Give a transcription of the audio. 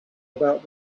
about